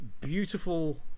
beautiful